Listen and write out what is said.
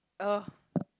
oh